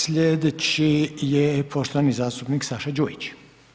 Sljedeći je poštovani zastupnik Saša Đujić.